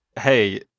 hey